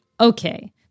Okay